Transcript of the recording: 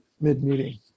mid-meeting